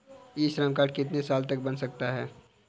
ई Shram card कितने साल तक बन सकता है?